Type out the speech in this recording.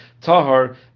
Tahar